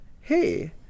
hey